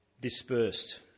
dispersed